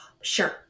sure